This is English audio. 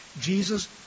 Jesus